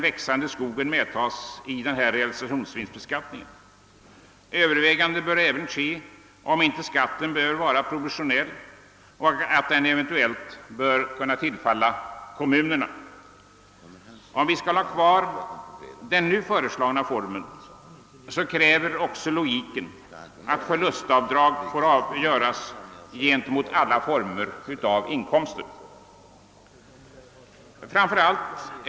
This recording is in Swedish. Fonden skall kunna användas för avskrivning på byggnad som anskaffas i stället för den avyttrade fastigheten. I propositionen föreslås också vissa regler angående beskattningen av tomtrörelse.